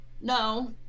No